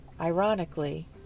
Ironically